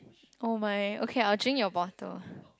oh my okay I'll drink your bottle